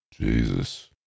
jesus